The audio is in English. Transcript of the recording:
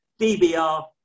DBR